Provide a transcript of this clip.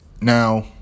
now